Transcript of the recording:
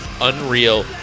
unreal